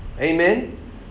Amen